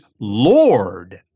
Lord